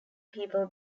people